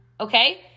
Okay